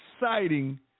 exciting